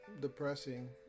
depressing